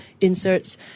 inserts